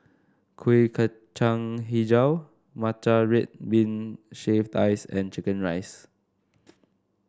Kuih Kacang hijau Matcha Red Bean Shaved Ice and chicken rice